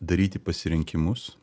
daryti pasirinkimus